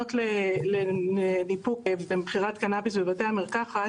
רישיונות לניפוק ומכירת קנביס בבתי המרקחת: